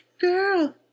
Girl